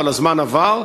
אבל הזמן עבר,